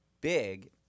big